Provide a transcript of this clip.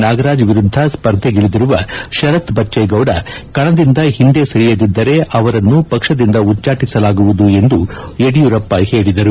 ನಾಗರಾಜ್ ವಿರುದ್ದ ಸ್ಪರ್ಧಿಗಿಳಿದಿರುವ ಶರತ್ ಬಚ್ಚೇಗೌಡ ಕಣದಿಂದ ಹಿಂದೆ ಸರಿಯದಿದ್ದರೆ ಅವರನ್ನು ಪಕ್ಷದಿಂದ ಉಚ್ಚಾಟಿಸಲಾಗುವುದು ಎಂದು ಯಡಿಯೂರಪ್ಪ ಹೇಳಿದರು